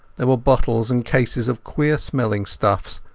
there were bottles and cases of queer-smelling stuffs,